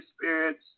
spirits